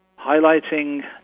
highlighting